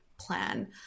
plan